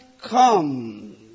come